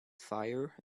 fire